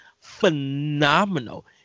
phenomenal